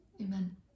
Amen